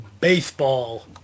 baseball